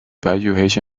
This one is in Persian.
پژوهش